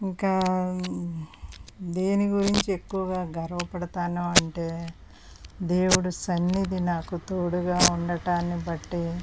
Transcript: ఇంకా దేని గురించి ఎక్కువగా గర్వపడతాను అంటే దేవుడు సన్నిధి నాకు తోడుగా ఉండటాన్ని బట్టి